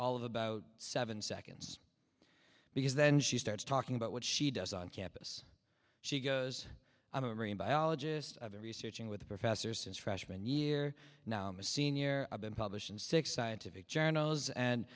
all of about seven seconds because then she starts talking about what she does on campus she goes i'm a marine biologist of a research in with a professor since freshman year now i'm a senior i've been published in six scientific journals and